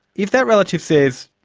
if that relative says,